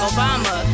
Obama